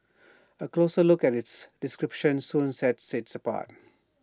A closer look at its description soon sets IT apart